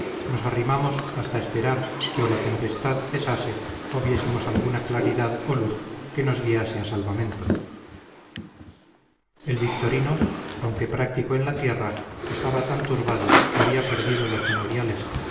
nos arrimamos hasta esperar que o la tempestad cesase o viésemos alguna claridad o luz que nos guiase a salvamento el victorino aunque práctico en la tierra estaba tan turbado que había perdido los memoriales